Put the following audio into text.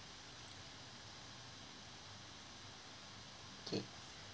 okey